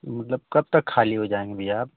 मतलब कब तक खाली हो जाएँगे भैया आप